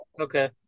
okay